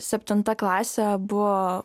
septinta klasė buvo